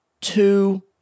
two